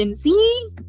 See